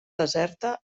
deserta